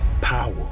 Power